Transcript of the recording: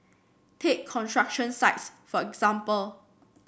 take construction sites for example